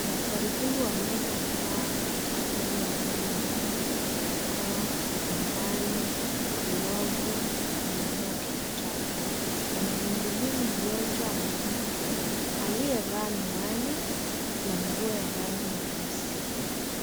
Daktari huyu wa meno amevaa aproni ya rangi nyeupe, barakoa, miwani, glovu na ameinua kichwa chake. Anamhudumia mgonjwa mwanamke aliyevaa miwani na nguo ya rangi nyeusi.